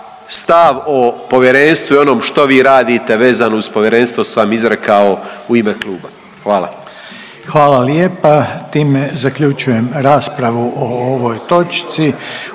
stav o povjerenstvu i onom što vi radite vezano uz povjerenstvo sam izrekao u ime kluba. Hvala. **Reiner, Željko (HDZ)** Hvala vam lijepa. Time zaključujem raspravu o ovoj točci.